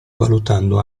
valutando